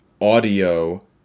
audio